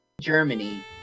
Germany